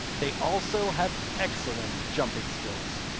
they also have excellent jumping skills.